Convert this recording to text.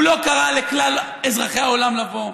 הוא לא קרא לכלל אזרחי העולם לבוא,